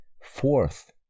fourth